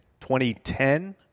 2010